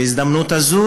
בהזדמנות זו,